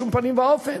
בשום פנים ואופן.